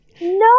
no